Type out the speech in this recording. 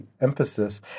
emphasis